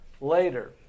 later